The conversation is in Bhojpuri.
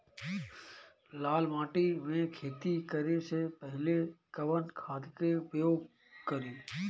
लाल माटी में खेती करे से पहिले कवन खाद के उपयोग करीं?